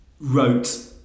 wrote